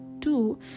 two